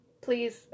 please